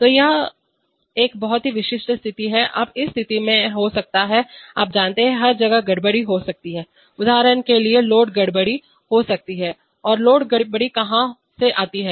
तो यह एक बहुत ही विशिष्ट स्थिति है अब इस स्थिति में हो सकता है आप जानते हैं हर जगह गड़बड़ी हो सकती है उदाहरण के लिए लोड गड़बड़ी लोड डिस्टर्बेंस हो सकती है और लोड गड़बड़ी कहां से आती है